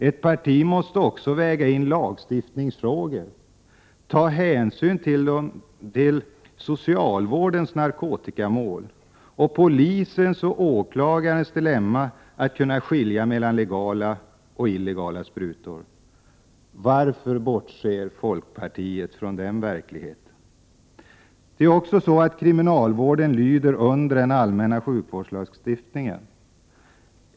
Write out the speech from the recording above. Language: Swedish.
Ett parti måste också väga in lagstiftningsfrågor och ta hänsyn till socialvårdens narkotikamål samt polisens och åklagarnas dilemma att kunna skilja mellan legala och illegala sprutor. Varför bortser folkpartiet från den verkligheten? Det är också så att kriminalvården lyder under den allmänna sjukvårdslagstiftningen.